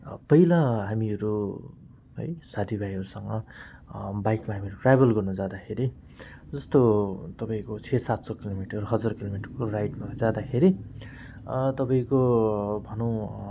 पहिला हामीहरू है साथीभाइहरूसँग बाइकमा हामीहरू ट्राभल गर्नजाँदाखेरि जस्तो तपाईँको छ सात सौ किलोमिटर हजार किलोमिटरको राइडमा जाँदाखेरि तपाईँको भनौँ